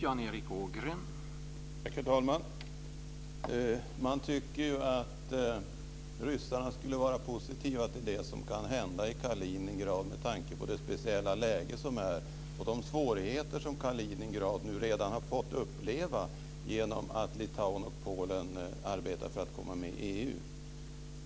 Herr talman! Man tycker att ryssarna skulle vara positiva till det som kan hända i Kaliningrad med tanke på det speciella läge som råder och de svårigheter som Kaliningrad redan nu har fått uppleva genom att Litauen och Polen arbetar för att komma med i EU.